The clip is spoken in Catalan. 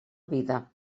vida